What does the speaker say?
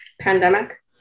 pandemic